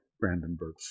Brandenburg